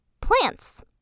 plants